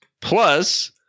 Plus